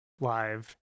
live